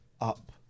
up